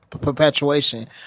perpetuation